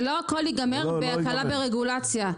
ולא הכול ייגמר בהקלה ברגולציה.